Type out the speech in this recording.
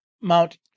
Mount